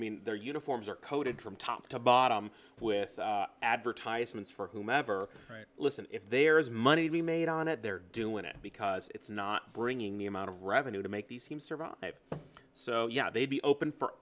mean their uniforms are coded from top to bottom with advertisements for whomever right listen if there is money to be made on it they're doing it because it's not bringing the amount of revenue to make these teams survive so yeah they'd be open for